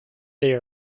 they